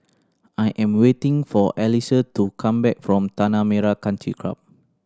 I am waiting for Elisa to come back from Tanah Merah Country Club